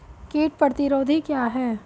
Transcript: कीट प्रतिरोधी क्या है?